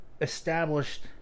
established